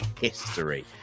history